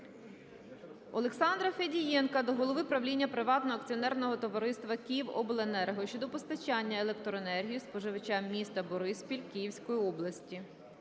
Олександра Федієнка до голови правління приватного акціонерного товариства "Київобленерго" щодо постачання електроенергії споживачам міста Бориспіль Київської області.